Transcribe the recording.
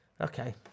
Okay